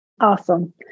Awesome